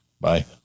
Bye